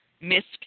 misc